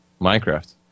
Minecraft